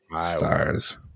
stars